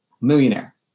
Millionaire